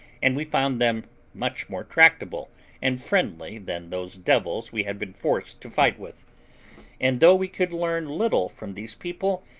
and we found them much more tractable and friendly than those devils we had been forced to fight with and though we could learn little from these people,